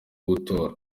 gutora